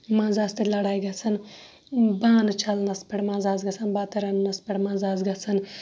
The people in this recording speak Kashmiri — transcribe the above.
مَنٛزٕ آسہٕ تَتہِ لَڑایہِ گَژھان بانہٕ چھَلنَس پیٹھ مَنٛزٕ آسہٕ گَژھان بَتہٕ رَننَس پیٹھ مَنٛزٕ آسہٕ گَژھان